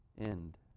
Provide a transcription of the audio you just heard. end